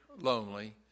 lonely